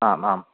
आम् आम्